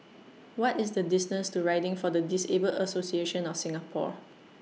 What IS The distance to Riding For The Disabled Association of Singapore